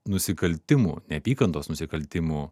nusikaltimų neapykantos nusikaltimų